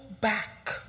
back